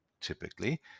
Typically